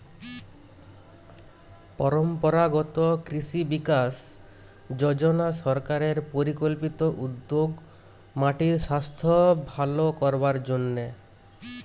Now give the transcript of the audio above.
পরম্পরাগত কৃষি বিকাশ যজনা সরকারের পরিকল্পিত উদ্যোগ মাটির সাস্থ ভালো করবার জন্যে